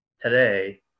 today